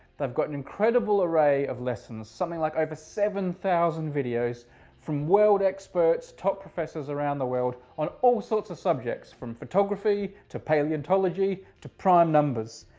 they've got an incredible array of lessons, something like over seven thousand videos from world experts, top professors around the world on all sorts of subjects from photography to paleontology to prime numbers.